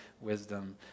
wisdom